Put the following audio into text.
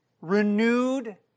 renewed